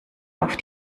auf